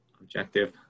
objective